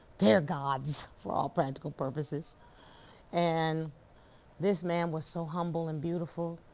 they're gods for all practical purposes and this man was so humble and beautiful.